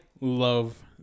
love